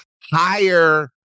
higher